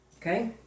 Okay